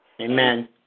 Amen